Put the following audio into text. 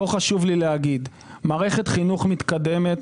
מערכת חינוך מתקדמת,